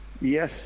Yes